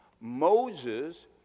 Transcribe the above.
Moses